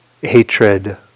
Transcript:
hatred